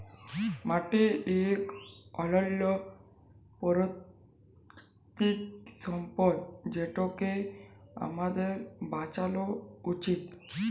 মাটি ইক অলল্য পেরাকিতিক সম্পদ যেটকে আমাদের বাঁচালো উচিত